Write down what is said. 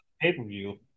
pay-per-view